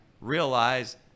realize